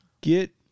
Get